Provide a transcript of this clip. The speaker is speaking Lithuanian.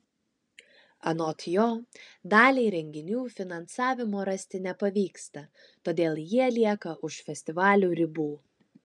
anot jo daliai renginių finansavimo rasti nepavyksta todėl jie lieka už festivalių ribų